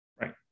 Right